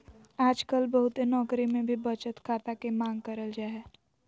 आजकल बहुते नौकरी मे भी बचत खाता के मांग करल जा हय